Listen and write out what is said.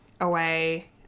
away